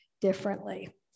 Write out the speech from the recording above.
differently